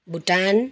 Bhutan